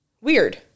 weird